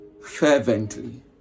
fervently